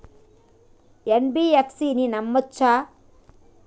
NBFC ని నమ్మచ్చా?